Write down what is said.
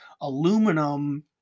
aluminum